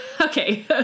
okay